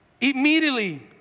immediately